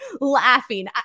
laughing